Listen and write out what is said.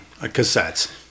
Cassettes